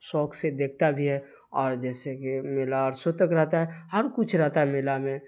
شوق سے دیکھتا بھی ہے اور جیسے کہ میلا عرصوں تک رہتا ہے ہر کچھ رہتا ہے میلا میں